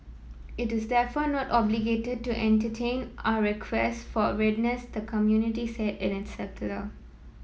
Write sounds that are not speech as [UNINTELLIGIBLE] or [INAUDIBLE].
it is therefore not obligated to entertain our request for [UNINTELLIGIBLE] the committee said in its circular